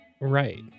Right